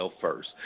first